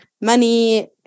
money